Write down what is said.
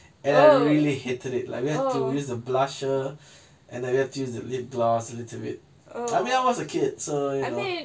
and I really hated it like we have to use the blusher and we've to use the lip gloss a little bit I mean I was a kid so you know